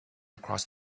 across